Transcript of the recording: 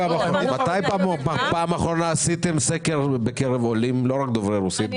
מתי עשיתם בפעם האחרונה סקר בקרב עולים לא רק דוברי רוסית,